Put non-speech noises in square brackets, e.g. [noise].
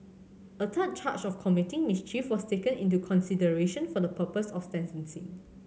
a third charge of committing mischief was taken into consideration for the purpose of [unintelligible]